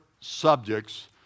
subjects